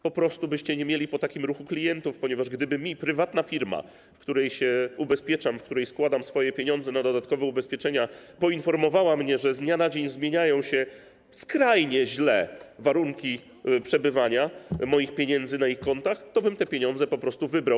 Po prostu nie mielibyście po takim ruchu klientów, ponieważ gdyby prywatna firma, w której się ubezpieczam, w której składam swoje pieniądze na dodatkowe ubezpieczenia, poinformowała mnie, że z dnia na dzień zmieniają się, skrajnie źle, warunki przetrzymywania moich pieniędzy na ich kontach, to bym te pieniądze po prostu odebrał.